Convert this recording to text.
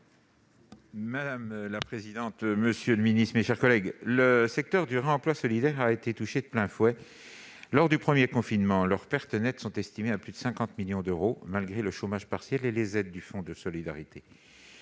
pour présenter l'amendement n° II-263 rectifié . Le secteur du réemploi solidaire a été touché de plein fouet lors du premier confinement. Ses pertes nettes sont estimées à plus de 50 millions d'euros, malgré le chômage partiel et les aides du fonds de solidarité.